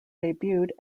debuted